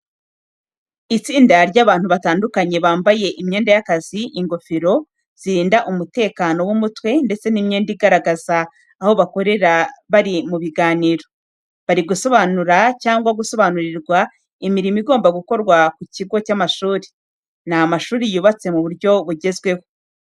Itsinda ry'abantu batandukanye bambaye imyenda y'akazi, ingofero zirinda umutekano w'umutwe ndetse n'imyenda igaragaza aho bakorera bari mu biganiro. Bari gusobanura cyangwa gusobanurirwa imirimo igomba gukorwa ku kigo cy'amashuri. Ni amashuri yubatse mu buryo bugezweho.